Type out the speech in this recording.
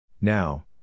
Now